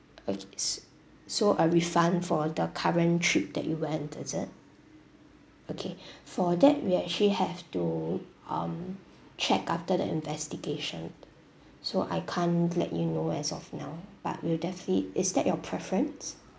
oh it's so a refund for the current trip that you went is it okay for that we actually have to um check after the investigation so I can't let you know as of now but we'll definitely is that your preference